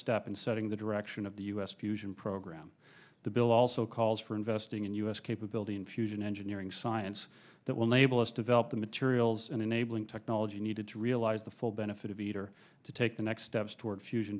step in setting the direction of the us fusion program the bill also calls for investing in us capability in fusion engineering science that will naval us develop the materials and enabling technology needed to realize the full benefit of eater to take the next steps toward fusion